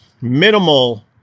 minimal